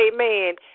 Amen